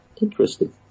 interesting